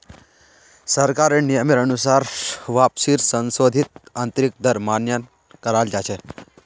सरकारेर नियमेर अनुसार वापसीर संशोधित आंतरिक दर मान्य कराल जा छे